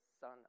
Son